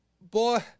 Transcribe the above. Boy